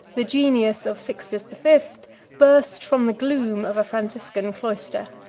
the genius of sixtus the fifth burst from the gloom of a franciscan cloister.